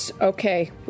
Okay